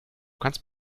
kannst